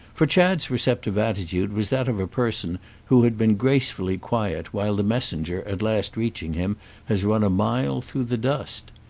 for chad's receptive attitude was that of a person who had been gracefully quiet while the messenger at last reaching him has run a mile through the dust.